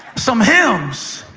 some hymns.